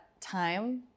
time